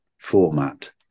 format